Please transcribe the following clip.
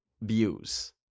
views